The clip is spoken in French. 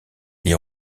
les